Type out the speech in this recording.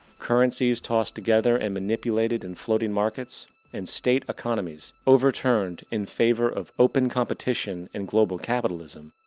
currencies tossed together and manipulated in floating markets and state economies overturned in favor of open competition in global capitalism,